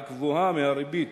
הגבוהה מהריבית